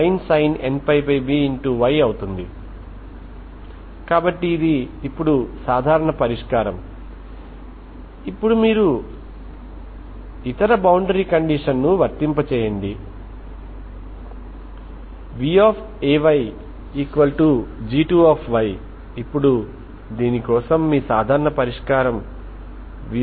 ఇది కేవలం స్థిరంగా ఉంది స్థిరమైన స్థితికి చేరుకుంటుంది అంటే uxytuxy సరే కాబట్టి మీరు ఒక స్క్వేర్ బౌండరీ యొక్క నాలుగు వైపులా T1 T2 T3మరియు T4 ఉష్ణోగ్రతని నిర్వహిస్తే అది t మీద ఆధారపడి ఉండదు